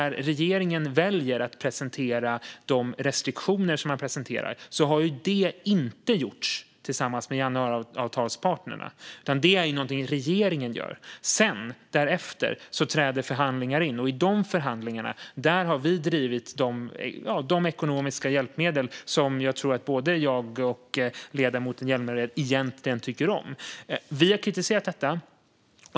Regeringen väljer att presentera restriktioner. Det har tyvärr inte gjorts tillsammans med januariavtalspartnerna. Det är någonting som regeringen gör. Därefter träder förhandlingar in, och i de förhandlingarna har vi drivit frågan om de ekonomiska hjälpmedel som jag tror att både jag och ledamoten Hjälmered egentligen tycker om. Vi har kritiserat detta.